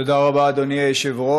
תודה רבה, אדוני היושב-ראש.